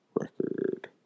record